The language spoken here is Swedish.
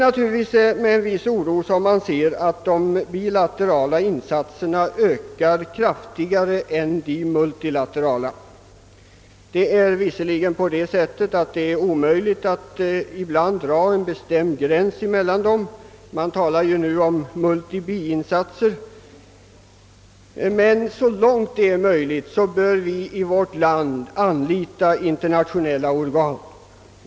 Naturligtvis ser man med en viss oro att de bilaterala insatserna ökar kraftigare än de multilaterala. Det är ibland omöjligt att dra en bestämd gräns mellan dem. Man talar nu om multibi-insatser, men så långt det är möjligt bör vi i vårt land anlita internationella organ.